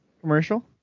commercial